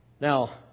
Now